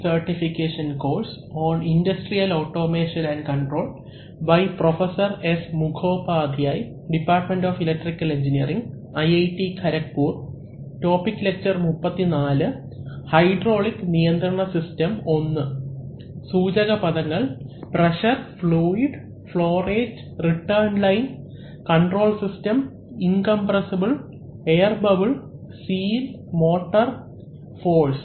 സൂചക പദങ്ങൾ pressure fluid flow rate return line control system incompressible air bubble seal motor force